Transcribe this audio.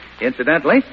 Incidentally